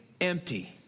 empty